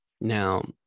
Now